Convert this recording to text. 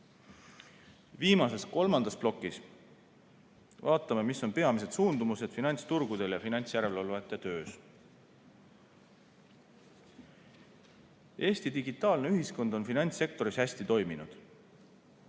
Viimases, kolmandas plokis vaatame, mis on peamised suundumused finantsturgudel ja finantsjärelevalvajate töös. Eesti digitaalne ühiskond on finantssektoris hästi toiminud.